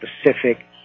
specific